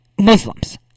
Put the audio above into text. Muslims